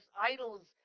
idols